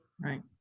right